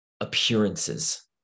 appearances